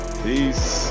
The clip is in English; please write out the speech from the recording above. peace